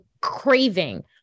craving